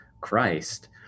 Christ